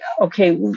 okay